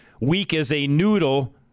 weak-as-a-noodle